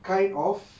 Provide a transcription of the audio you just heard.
kind of